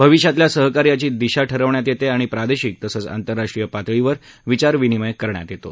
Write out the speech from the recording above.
भविष्यातल्या सहकार्याची दिशी ठरवण्यात येते आणि प्रादेशिक तसंच आंतरराष्ट्रीय पातळीवर विचार विनिमय करण्यात येतो